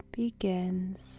begins